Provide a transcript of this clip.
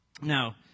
now